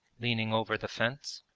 leaning over the fence.